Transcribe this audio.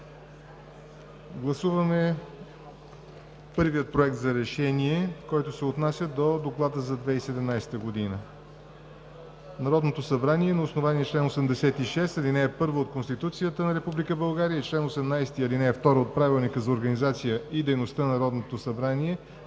Гласуваме първия Проект на решение, който се отнася до Доклада за 2017 г. „Народното събрание на основание чл. 86, ал. 1 от Конституцията на Република България и чл. 18, ал. 2 от Правилника за организацията и дейността на Народното събрание